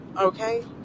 Okay